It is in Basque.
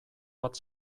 bat